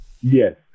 Yes